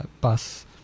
bus